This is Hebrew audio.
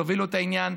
שהובילו את העניין,